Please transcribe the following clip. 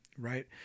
Right